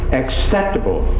acceptable